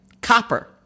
copper